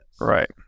Right